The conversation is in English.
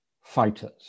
fighters